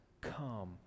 come